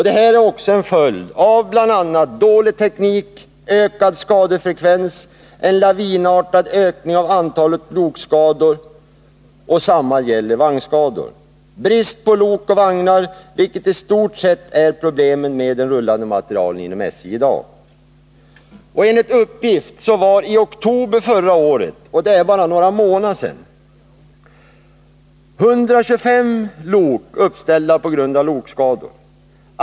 Detta är ju också en följd av bl.a. dålig teknik, ökad skadefrekvens, en lavinartad ökning av antalet lokskador och vagnskador och brist på lok och vagnar. Detta är i stort sett problemen med den rullande materielen inom SJ i dag. Enligt uppgift var i oktober förra året — det är bara några månader sedan — 125 lok uppställda på grund av lokskador.